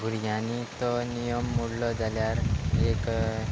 भुरग्यांनी तो नियम मोडलो जाल्यार एक